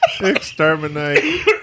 Exterminate